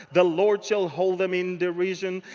the lord shall hold them in derision.